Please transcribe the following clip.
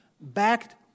Backed